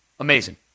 Amazing